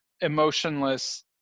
emotionless